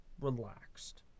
relaxed